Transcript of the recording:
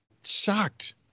sucked